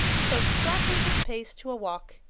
so he slackened his pace to a walk,